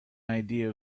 idea